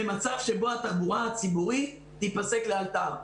במצב שבו התחבורה הציבורית תיפסק לאלתר.